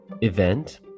event